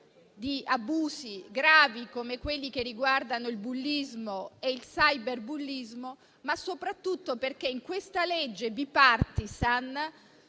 di abusi gravi, come quelli che riguardano il bullismo e il cyberbullismo, ma soprattutto perché il citato